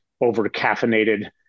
over-caffeinated